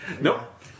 Nope